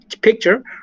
picture